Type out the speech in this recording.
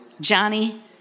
johnny